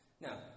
Now